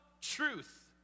truth